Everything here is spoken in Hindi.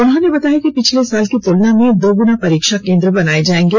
उन्होंने बताया कि पिछले साल की तुलना में दोगुना परीक्षा केंद्र बनाए जाएंगे